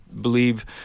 believe